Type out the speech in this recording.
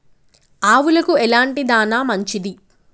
ఆవులకు ఎలాంటి దాణా మంచిది?